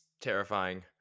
terrifying